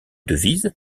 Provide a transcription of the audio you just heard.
devise